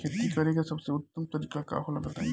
खेती करे के सबसे उत्तम तरीका का होला बताई?